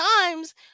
times